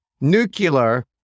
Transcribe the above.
nuclear